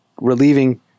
relieving